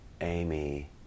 Amy